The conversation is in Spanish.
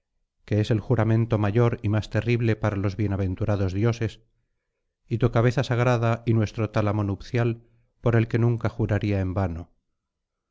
que es el juramento mayor y más terrible para los bienaventurados dioses y tu cabeza sagrada y nuestro tálamo nupcial por el que nunca juraría en vano